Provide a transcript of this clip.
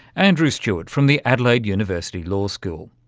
andrew stewart from the adelaide university law school.